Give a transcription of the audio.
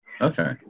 Okay